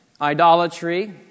Idolatry